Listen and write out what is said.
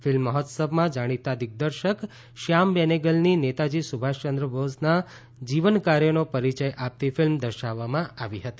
film મહોત્સવમાં જાણીતા દિગ્દર્શક શ્યામ બેનેગલની નેતાજી સુભાષચંદ્ર બોઝના જીવન કાર્યનો પરિચય આપતી ફિલ્મ દર્શાવવામાં આવી હતી